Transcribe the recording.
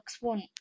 One